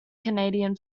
canadian